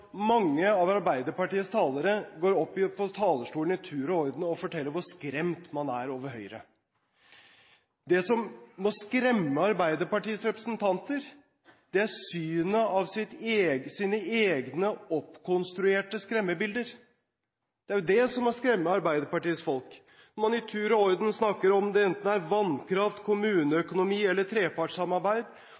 mange av Arbeiderpartiets talere går opp på talerstolen i tur og orden og forteller hvor skremt man er over Høyre. Det som må skremme Arbeiderpartiets representanter, er synet av sine egne oppkonstruerte skremmebilder. Det er jo det som må skremme Arbeiderpartiets folk. Når man i tur og orden snakker om – enten det er – vannkraft, kommuneøkonomi